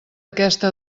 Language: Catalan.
aquesta